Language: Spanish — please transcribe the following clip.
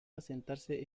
asentarse